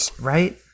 right